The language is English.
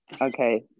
Okay